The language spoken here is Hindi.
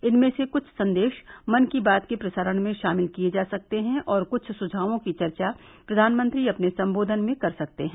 इनमें से कुछ संदेश मन की बात के प्रसारण में शामिल किए जा सकते हैं और कुछ सुझावों की चर्चा प्रधानमंत्री अपने संबोधन में कर सकते हैं